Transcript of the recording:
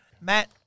Matt